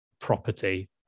property